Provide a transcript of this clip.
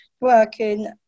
working